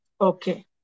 Okay